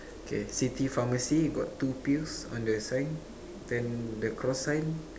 okay city pharmacy got two pills on the sign then the cross sign